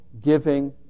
giving